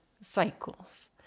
cycles